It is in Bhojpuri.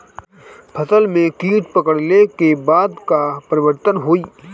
फसल में कीट पकड़ ले के बाद का परिवर्तन होई?